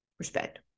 respect